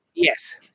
Yes